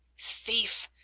thief,